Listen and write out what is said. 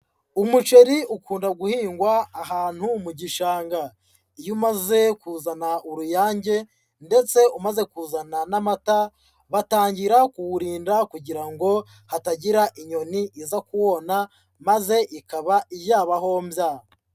Umuceri ukunda guhingwa ahantu mu gishanga. Iyo umaze kuzana uruyange ndetse umaze kuzana n'amata, batangira kuwurinda kugira ngo hatagira inyoni iza kuwona, maze ikaba yabahombya.